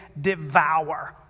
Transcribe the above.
devour